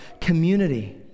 community